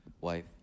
wife